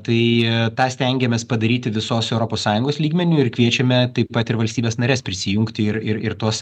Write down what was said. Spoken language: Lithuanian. tai tą stengiamės padaryti visos europos sąjungos lygmeniu ir kviečiame taip pat ir valstybes nares prisijungti ir ir ir tuos